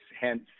hence